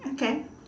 okay